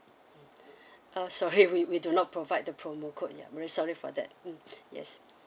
uh sorry we we do not provide the promo code ya very sorry for that mm yes